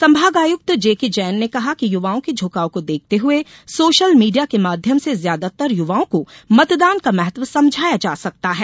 संभागायुक्त जेके जैन ने कहा है कि युवाओं के झुकाव को देखते हुए सोशल मीडिया के माध्यम से ज्यादातर युवाओं को मतदान का महत्व समझाया जा सकता है